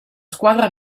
squadra